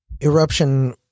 Eruption